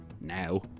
now